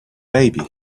baby